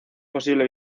posible